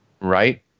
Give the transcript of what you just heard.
right